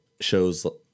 shows –